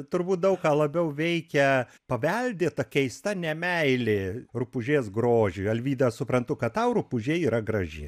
turbūt daug ką labiau veikia paveldėta keista nemeilė rupūžės grožį alvyda aš suprantu kad tau rupūžė yra graži